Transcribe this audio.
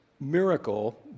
miracle